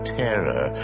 terror